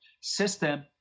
system